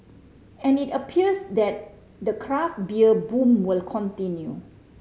and it appears that the craft beer boom will continue